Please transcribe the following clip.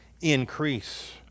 increase